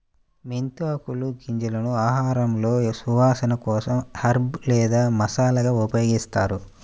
మెంతి ఆకులు, గింజలను ఆహారంలో సువాసన కోసం హెర్బ్ లేదా మసాలాగా ఉపయోగిస్తారు